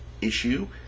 issue